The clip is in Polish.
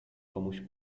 komuś